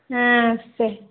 ஆ சரி